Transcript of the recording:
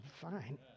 fine